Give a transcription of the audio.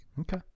Okay